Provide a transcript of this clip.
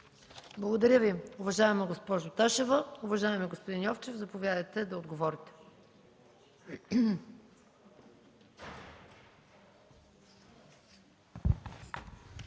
Благодаря, уважаема госпожо Ташева. Уважаеми господин Йовчев, заповядайте да отговорите.